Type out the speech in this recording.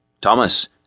Thomas